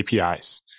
APIs